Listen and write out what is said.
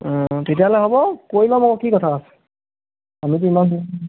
অঁ তেতিয়াহ'লে হ'ব কৰি ল'ম আকৌ কি কথা আছে